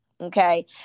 okay